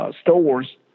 stores